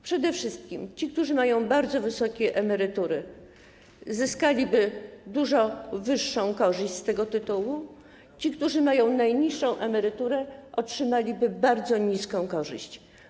Przede wszystkim ci, którzy mają bardzo wysokie emerytury, uzyskaliby dużo większą korzyść z tego tytułu, a ci, którzy mają najniższe emerytury, uzyskaliby bardzo małą korzyść.